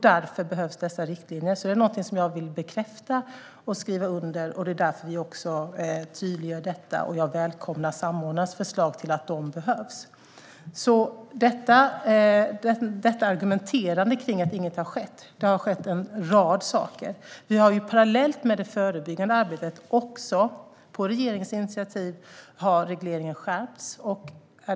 Därför behövs riktlinjer. Det vill jag både bekräfta och skriva under på. Därför tydliggör vi detta, och jag välkomnar samordnarens förslag om att de behövs. Det argumenteras att inget har skett, men det har skett en rad saker. Parallellt med det förebyggande arbetet har regleringen, på regeringens initiativ, skärpts.